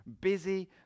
busy